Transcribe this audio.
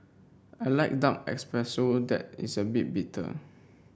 I like dark espresso that is a bit bitter